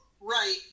Right